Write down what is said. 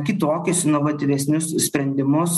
kitokius inovatyvesnius sprendimus